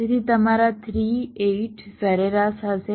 તેથી તમારા 3 8 સરેરાશ હશે